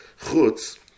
Chutz